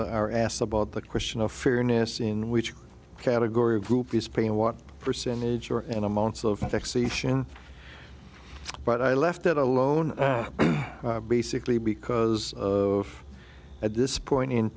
are asked about the question of fairness in which category of group is paying what percentage or and amounts of taxation but i left it alone basically because at this point in